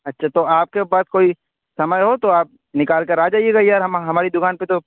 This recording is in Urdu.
اچھا تو آپ کے پاس کوئی سمے ہو تو آپ نکال کر آ جائیے گا یار ہماری دکان پہ تو